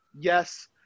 yes